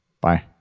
Bye